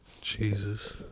Jesus